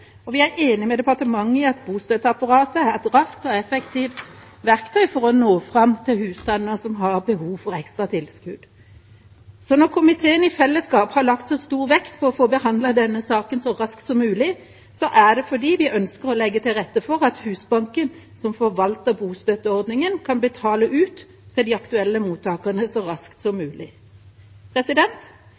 og vi er enig med departementet i at bostøtteapparatet er et raskt og effektivt verktøy for å nå fram til husstander som har behov for ekstra tilskudd. Når komiteen i fellesskap har lagt så stor vekt på å få behandlet denne saken så raskt som mulig, er det fordi vi ønsker å legge til rette for at Husbanken, som forvalter bostøtteordningen, kan betale ut til de aktuelle mottakerne så raskt som mulig.